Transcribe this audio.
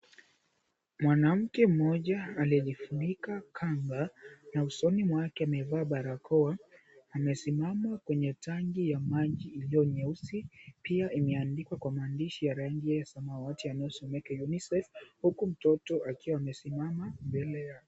Mwanamke mmoja aliyejifunika kanga, na usoni mwake amevaa barakoa. Amesimama kwenye tangi ya maji iliyonyeusi. Pia imeandiwa kwa maadishi ya rangi ya samawati yanayosomeka UNICEF huku mtoto akiwa amesimama mbele yake.